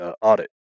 audit